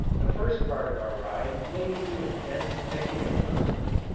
the first part of our ride lay through a dense thicket of underwood,